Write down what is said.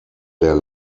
der